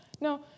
no